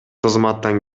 кызматтан